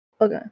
Okay